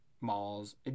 malls